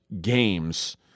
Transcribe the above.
games